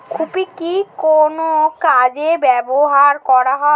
খুরপি কি কোন কাজে ব্যবহার করা হয়?